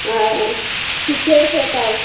ओ ठीके छै तब